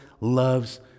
loves